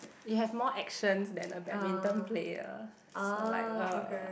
you have more actions than a badminton player so like uh